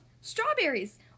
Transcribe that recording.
strawberries